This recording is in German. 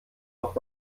noch